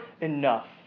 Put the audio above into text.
enough